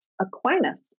Aquinas